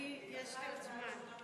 אל תדאגי, יש זמן.